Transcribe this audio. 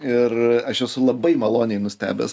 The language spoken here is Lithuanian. ir aš esu labai maloniai nustebęs